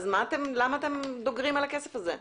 למה אתם דוגרים על הכסף הזה?